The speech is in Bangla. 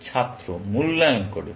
ছাত্র মূল্যায়ন করে